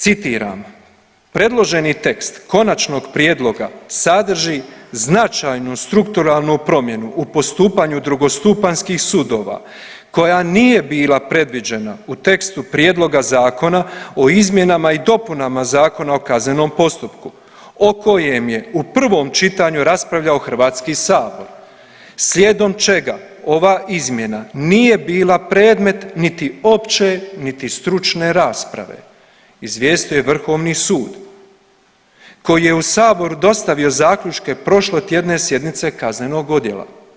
Citiram „Predloženi tekst konačnog prijedloga sadrži značajnu strukturalnu promjenu u postupanju drugostupanjskih sudova koja nije bila predviđena u tekstu Prijedloga zakona o izmjenama i dopunama Zakona o kaznenom postupku o kojem je u prvom čitanju raspravljao HS slijedom čega ova izmjena nije bila predmet niti opće niti stručne rasprave“ izvijestio je vrhovni sud koji je u sabor dostavio zaključke prošlotjedne sjednice Kaznenog odjela.